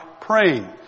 praying